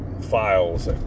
files